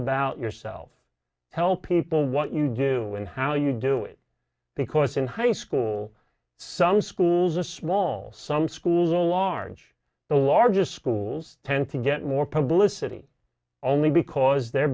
about yourself tell people what you do and how you do it because in high school some schools a small some schools a large the largest schools tend to get more publicity only because they're